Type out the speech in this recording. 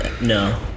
No